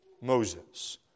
Moses